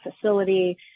facility